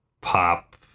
pop